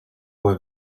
were